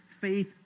faith